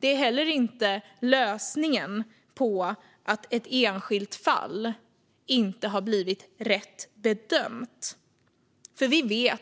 Det är inte heller lösningen på att ett enskilt fall inte har blivit rätt bedömt. Vi vet nämligen